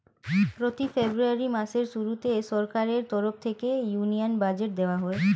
প্রতি ফেব্রুয়ারি মাসের শুরুতে সরকারের তরফ থেকে ইউনিয়ন বাজেট দেওয়া হয়